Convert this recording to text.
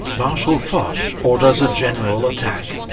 marshal foch orders a general attack.